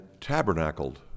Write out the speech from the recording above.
tabernacled